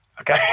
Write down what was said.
Okay